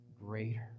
greater